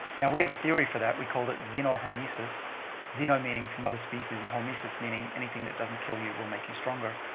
now we have a theory for that. we call it xenohomesis xeno meaning from other species and homesis meaning anything that doesn't kill you will make you stronger.